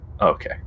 okay